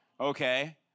Okay